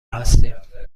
هستیم